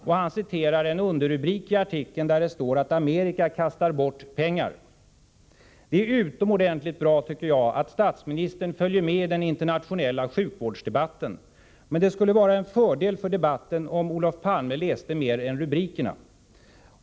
Olof Palme citerar en underrubrik i artikeln, som lyder: ”Amerika kastar bort pengar.” Det är utomordentligt bra att statsministern följer med i den internationella sjukvårdsdebatten, men det skulle vara en fördel för debatten om Olof Palme läste mer än rubrikerna.